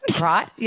right